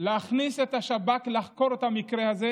להכניס את השב"כ לחקור את המקרה הזה.